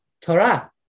Torah